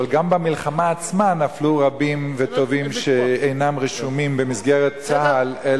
גם במלחמה עצמה נפלו רבים וטובים שאינם רשומים במסגרת צה"ל.